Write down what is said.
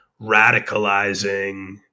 radicalizing